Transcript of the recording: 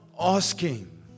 asking